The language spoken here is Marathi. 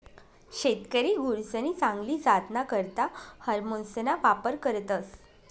शेतकरी गुरसनी चांगली जातना करता हार्मोन्सना वापर करतस